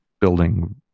building